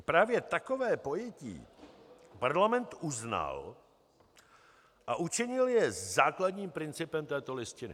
A právě takové pojetí parlament uznal a učinil je základním principem této Listiny.